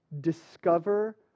discover